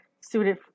suited